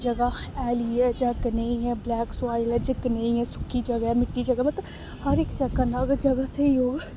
जगह हैली ऐ जां कनेही ब्लैक सायल कनेही ऐ सुक्की जगह ऐ मिट्टी जगह मतलब हर इक जगह् न अगर जगह् स्हेई होग